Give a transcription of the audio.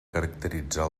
caracteritzar